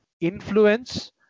influence